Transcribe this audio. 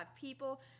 people